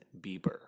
Bieber